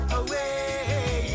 away